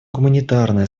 гуманитарное